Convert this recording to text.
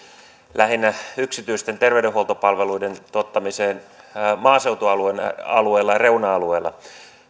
lähinnä yksityisten terveydenhuoltopalveluiden tuottamiseen maaseutualueilla ja reuna alueilla